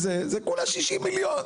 זה כולה 60 מיליון.